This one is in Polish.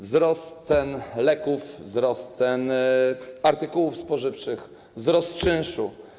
Wzrost cen leków, wzrost cen artykułów spożywczych, wzrost czynszu.